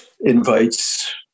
invites